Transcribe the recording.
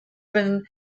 been